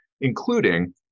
including